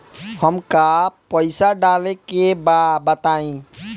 हमका पइसा डाले के बा बताई